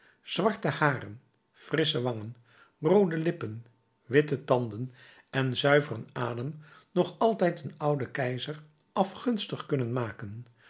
zwarte haren frissche wangen roode lippen witte tanden en zuiveren adem nog altijd een ouden keizer afgunstig kunnen maken